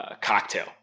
Cocktail